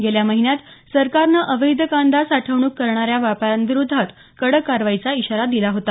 गेल्या महिन्यात सरकारनं अवैध कांदा साठवणूक करणाऱ्या व्यापाऱ्यांविरोधात कडक कारवाईचा इशारा दिला होता